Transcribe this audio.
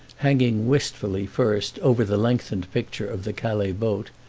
hanging wistfully, first, over the lengthened picture of the calais boat,